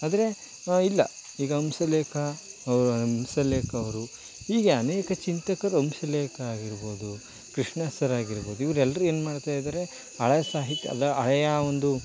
ಆದರೆ ಇಲ್ಲ ಈಗ ಹಂಸಲೇಕ ಹಂಸಲೇಕ ಅವರು ಹೀಗೆ ಅನೇಕ ಚಿಂತಕರು ಹಂಸಲೇಕ ಆಗಿರ್ಬೋದು ಕೃಷ್ಣ ಸರ್ ಆಗಿರ್ಬೋದು ಇವರೆಲ್ರೂ ಏನು ಮಾಡ್ತಾಯಿದ್ದಾರೆ ಹಳೆಯ ಸಾಹಿತ್ಯದ ಹಳೆಯ ಒಂದು